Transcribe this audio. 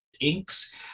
inks